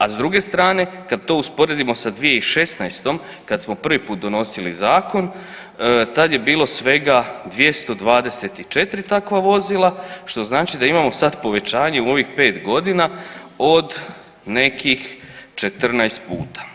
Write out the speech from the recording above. A s druge strane kad to usporedimo sa 2016.kad smo prvi put donosili zakon tad je bilo svega 224 takva vozila, što znači da imamo sad povećanje u ovih pet godina od nekih 14 puta.